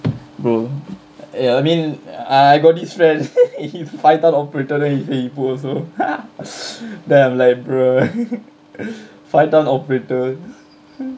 bro ya I mean I got this friend he five time operator then he say he put also then I'm like bro five time operator